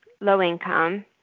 low-income